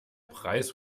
preis